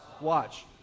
Watch